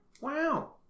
Wow